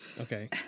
Okay